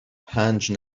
پنج